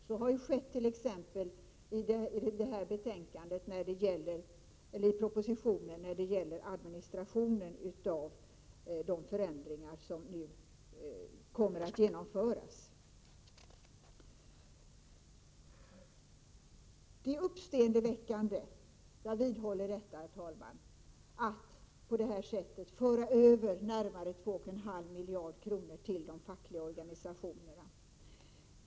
Så har skett t.ex. beträffande propositionens förslag om administrationen av de förändringar som nu kommer att genomföras. Det är uppseendeväckande — jag vidhåller det, herr talman — att på det här sättet föra över 2,5 miljarder till de fackliga organisationerna.